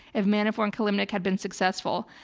if manafort and kilimnik had been successful.